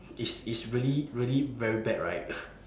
is is really really very bad right